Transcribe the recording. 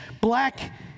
black